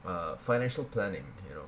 err financial planning you know